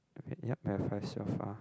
okay yup that's five so far